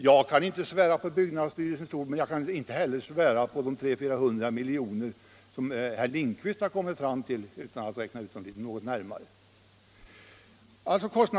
Jag kan inte svära på byggnadsstyrelsens ord. men jag kan inte heller svära på att den kostnadsfördyring på 300-400 milj.kr. som herr Lindkvist har kommit fram ull är riktig.